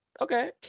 okay